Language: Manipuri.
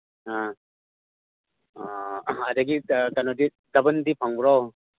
ꯑꯥ ꯑꯥ ꯑꯗꯒꯤ ꯀꯩꯅꯣꯗꯤ ꯗꯕꯜꯗꯤ ꯐꯪꯕ꯭ꯔꯣ